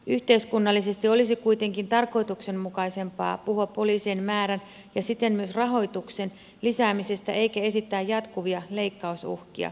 yhteiskunnallisesti olisi kuitenkin tarkoituksenmukaisempaa puhua polii sien määrän ja siten myös rahoituksen lisäämisestä eikä esittää jatkuvia leikkausuhkia